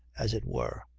as it were,